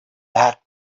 that